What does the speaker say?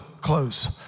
Close